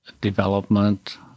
development